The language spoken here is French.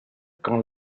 quand